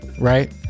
right